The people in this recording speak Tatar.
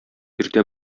иртә